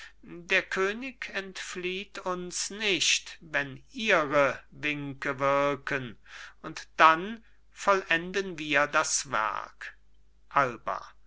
der könig entflieht uns nicht wenn ihre winke wirken und dann vollenden wir das werk alba